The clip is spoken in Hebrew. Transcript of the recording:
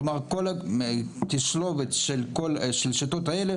כלומר כל תשלובת של השיטות האלה,